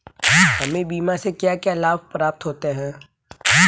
हमें बीमा से क्या क्या लाभ प्राप्त होते हैं?